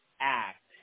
act